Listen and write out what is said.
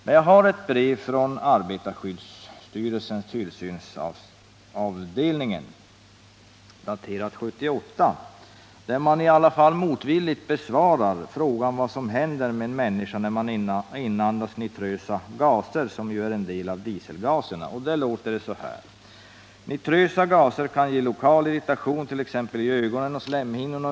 Men jag har ett brev från arbetarskyddsstyrelsens tillsynsavdelning, daterat i början av 1979, där man motvilligt besvarar frågan vad som händer med en människa som inandas nitrösa gaser, vilka är en del av dieselgaserna. Arbetarskyddsstyrelsen säger så här: ”Nitrösa gaser kan ge lokal irritation, tex i ögonen och slemhinnorna.